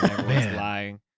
lying